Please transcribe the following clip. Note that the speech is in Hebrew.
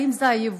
האם זה היבוסי?